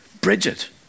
Bridget